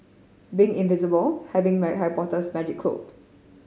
being invisible having Harry Potter's magic cloak